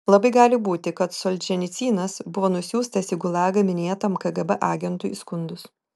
labai gali būti kad solženicynas buvo nusiųstas į gulagą minėtam kgb agentui įskundus